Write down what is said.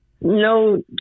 no